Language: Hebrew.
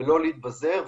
ולא להתפזר,